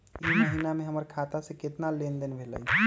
ई महीना में हमर खाता से केतना लेनदेन भेलइ?